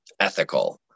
ethical